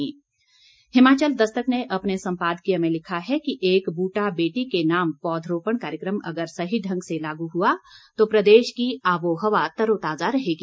अब एक नज़र सम्पादकीय पन्ने पर हिमाचल दस्तक ने अपने संपादकीय में लिखा है कि एक बूटा बेटी के नाम पौधरोपण कार्यक्रम अगर सही ढंग से लागू हुआ तो प्रदेश की आबोहवा तरोताज़ा रहेगी